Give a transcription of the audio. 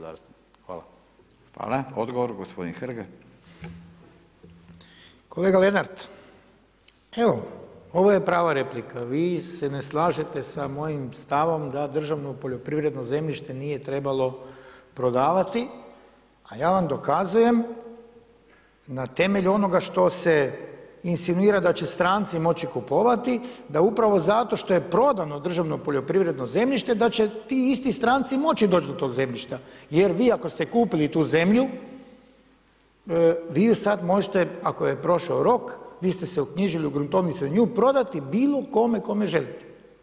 Kolega Lenart, evo ovo je prava replika, vi se ne slažete sa mojim stavom da državno poljoprivredno zemljište nije trebalo prodavati a ja vam dokazujem na temelju onoga što se insinuira da će stranci moći kupovati da upravo zato što je prodano državno poljoprivredno zemljište da će ti isti stranci moći doći do tog zemljišta jer vi ako ste kupili tu zemlju, vi ju sad možete ako je prošao rok, vi ste se uknjižili u gruntovnicu, nju prodati bilo kome kome želite.